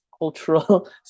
cultural